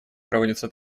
проводится